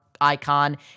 Icon